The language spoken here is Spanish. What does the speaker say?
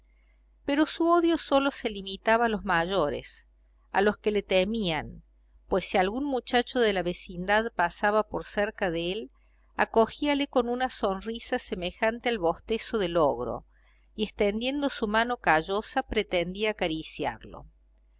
pero su odio sólo se limitaba a los mayores a los que le temían pues si algún muchacho de la vecindad pasaba por cerca de él acogíale con una sonrisa semejante al bostezo del ogro y extendiendo su mano callosa pretendía acariciarlo